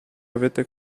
avete